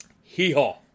Hee-haw